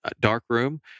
darkroom